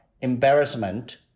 embarrassment